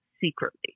secretly